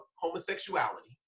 homosexuality